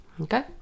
Okay